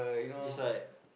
is like